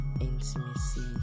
intimacy